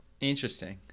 Interesting